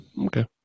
Okay